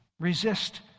Resist